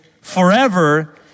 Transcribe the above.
forever